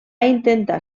intentar